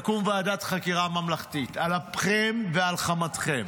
תקום ועדת חקירה ממלכתית על אפכם ועל חמתכם.